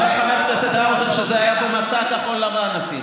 אומר חבר הכנסת האוזר שזה אפילו היה במצע כחול לבן.